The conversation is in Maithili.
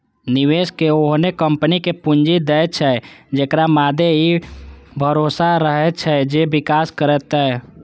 निवेशक ओहने कंपनी कें पूंजी दै छै, जेकरा मादे ई भरोसा रहै छै जे विकास करतै